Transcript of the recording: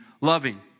loving